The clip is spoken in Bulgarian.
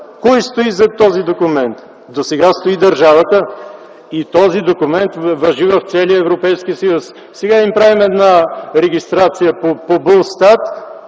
Кой стои зад документа? Досега стои държавата и този документ важи в целия Европейски съюз. Сега им правим една регистрация по БУЛСТАТ,